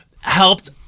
helped